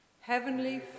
Heavenly